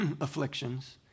afflictions